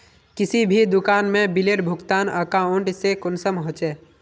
किसी भी दुकान में बिलेर भुगतान अकाउंट से कुंसम होचे?